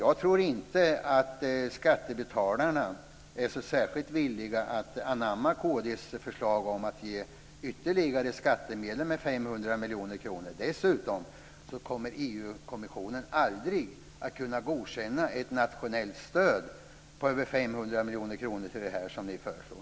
Jag tror inte att skattebetalarna är särskilt villiga att anamma Kristdemokraternas förslag om att ge ytterligare skattemedel med 500 miljoner kronor. Dessutom kommer EU-kommissionen aldrig att kunna godkänna ett nationellt stöd på över 500 miljoner kronor för det som ni föreslår.